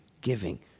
giving